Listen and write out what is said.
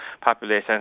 population